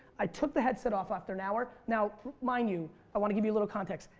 i took the headset off after an hour now mind you i want to give you a little context,